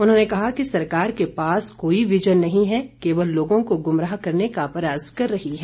उन्होंने कहा कि सरकार के पास कोई विज़न नहीं है केवल लोगों को गुमराह करने का प्रयास कर रही है